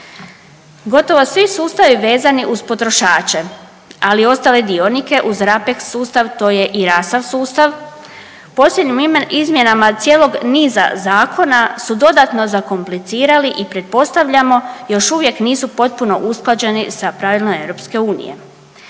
Gotovo svi sustavi vezani uz potrošače ali i ostale dionike uz RAPEX sustav to je i …/nerazumljivo/… sustav. Posljednjim izmjenama cijelog niza Zakona su dodatno zakomplicirali i pretpostavljamo još uvijek nisu potpuno usklađeni sa pravilima Europske unije.